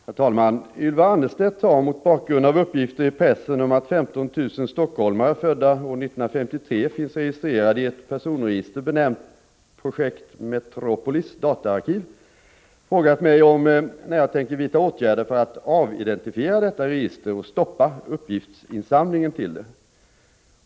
Herr talman! Ylva Annerstedt har — mot bakgrund av uppgifter i pressen om att 15 000 stockholmare födda år 1953 finns registrerade i ett personregister benämnt ”Projekt Metropolits Dataarkiv” — frågat mig om när jag tänker vidta åtgärder för att avidentifiera detta register och stoppa uppgiftsinsamlingen till det.